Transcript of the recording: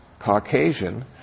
Caucasian